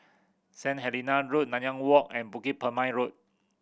Saint Helena Road Nanyang Walk and Bukit Purmei Road